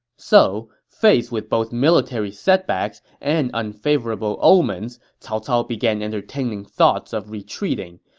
so, faced with both military setbacks and unfavorable omens, cao cao began entertaining thoughts of retreating,